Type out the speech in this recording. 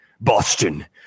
Boston